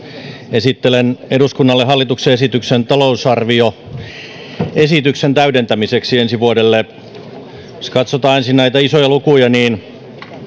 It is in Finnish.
esittelen eduskunnalle hallituksen esityksen talousarvioesityksen täydentämiseksi ensi vuodelle jos katsotaan ensin näitä isoja lukuja